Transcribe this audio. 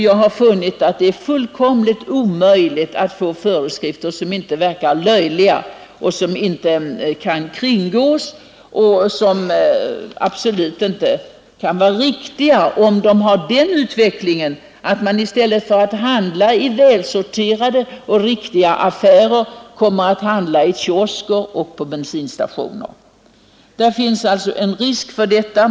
Jag har funnit det fullkomligt omöjligt att få till stånd föreskrifter som inte verkar löjliga, som inte kan kringgås. Det kan absolut inte vara rimligt att göra på detta sätt, om det leder till den utvecklingen, att människorna i stället för att handla i välsorterade och riktiga affärer handlar i kiosker och på bensinstationer. Det finns i varje fall en risk för detta.